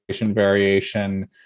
variation